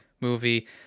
movie